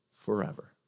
forever